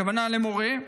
הכוונה למורה,